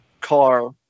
car